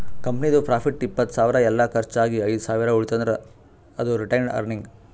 ಕಂಪನಿದು ಪ್ರಾಫಿಟ್ ಇಪ್ಪತ್ತ್ ಸಾವಿರ ಎಲ್ಲಾ ಕರ್ಚ್ ಆಗಿ ಐದ್ ಸಾವಿರ ಉಳಿತಂದ್ರ್ ಅದು ರಿಟೈನ್ಡ್ ಅರ್ನಿಂಗ್